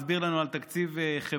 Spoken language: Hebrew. מסביר לנו על תקציב חברתי,